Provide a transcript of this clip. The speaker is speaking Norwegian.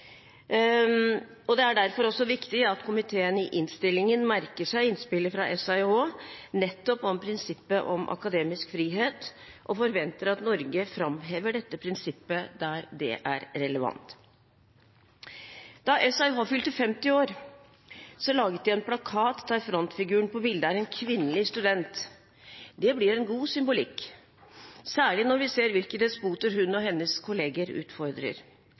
Det er derfor viktig at komiteen i innstillingen merker seg innspillet fra SAIH nettopp om prinsippet om akademisk frihet, og forventer at Norge framhever dette prinsippet der det er relevant. Da SAIH fylte 50 år, laget de en plakat der frontfiguren på bildet er en kvinnelig student. Det blir en god symbolikk, særlig når vi ser hvilke despoter hun og hennes kolleger utfordrer